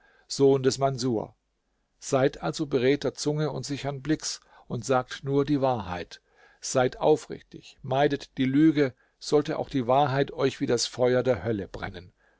sohn des manßur seid also beredter zunge und sichern blicks und sagt nur die wahrheit seid aufrichtig meidet die lüge sollte auch die wahrheit euch wie das feuer der hölle brennen